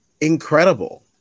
incredible